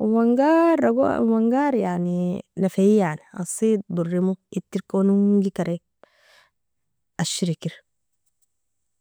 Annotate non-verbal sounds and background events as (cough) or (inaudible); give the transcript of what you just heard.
(hesitation) owongar yani nefi yani asi dorimo iterkon ungekari ashriker.